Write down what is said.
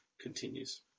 continues